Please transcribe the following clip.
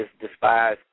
despise